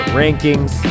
rankings